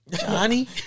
Johnny